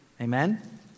amen